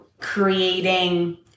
creating